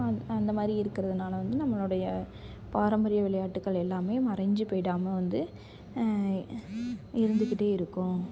அந் அந்த மாதிரி இருக்கறதுனால வந்து நம்மளோடைய பாரம்பரிய விளையாட்டுக்கள் எல்லாம் மறஞ்சி போயிடாமல் வந்து இருந்துக்கிட்டு இருக்கும்